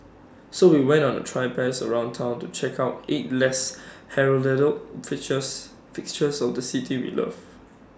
so we went on A traipse around Town to check out eight less heralded fixtures fixtures of the city we love